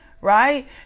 Right